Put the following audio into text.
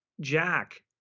jack